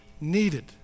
needed